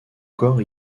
corps